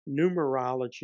numerology